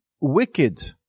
wicked